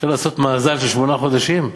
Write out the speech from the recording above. אפשר לעשות מאזן של שמונה חודשים?